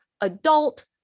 adult